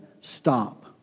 stop